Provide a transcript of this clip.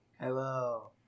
Hello